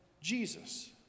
Jesus